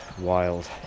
wild